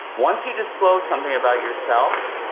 once you disclose something about yourself,